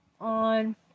on